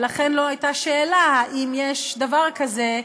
ולכן לא הייתה שאלה אם יש דבר כזה,